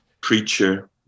preacher